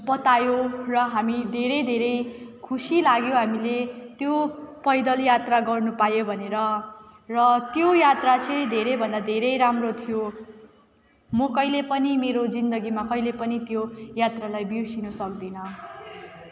बतायौँ र हामी धेरै धेरै खुसी लाग्यो हामीले त्यो पैदल यात्रा गर्नुपायौँ भनेर र त्यो यात्रा चाहिँ धेरैभन्दा धेरै राम्रो थियो म कहिले पनि मेरो जिन्दगीमा कहिले पनि त्यो यात्रालाई बिर्सिनु सक्दिन